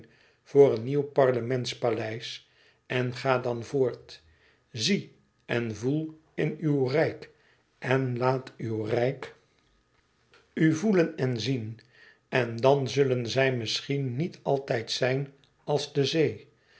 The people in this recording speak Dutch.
voor een nieuw parlementspaleis en ga dan voort zie en voel in uw rijk en laat uw rijk u voelen en zien en dan zullen zij misschien niet altijd zijn als de zee